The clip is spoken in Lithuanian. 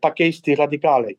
pakeisti radikaliai